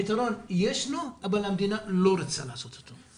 יש פתרון אבל המדינה לא רוצה לעשות אותו.